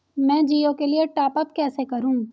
मैं जिओ के लिए टॉप अप कैसे करूँ?